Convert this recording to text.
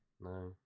no